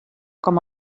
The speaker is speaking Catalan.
com